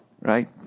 Right